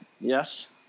Yes